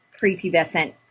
prepubescent